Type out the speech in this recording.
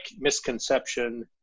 misconception